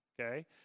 okay